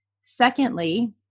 Secondly